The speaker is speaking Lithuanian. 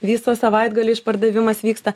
viso savaitgalio išpardavimas vyksta